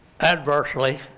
adversely